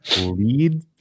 lead